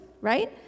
right